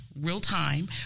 real-time